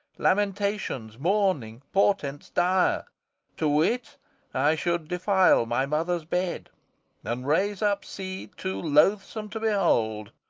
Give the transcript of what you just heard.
lamentations, mourning, portents dire to wit i should defile my mother's bed and raise up seed too loathsome to behold,